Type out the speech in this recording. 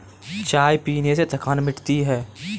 चाय पीने से थकान मिटती है